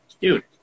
dude